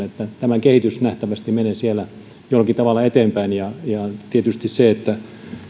että tämä kehitys nähtävästi menee siellä jollakin tavalla eteenpäin tietysti se että